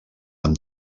amb